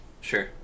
Sure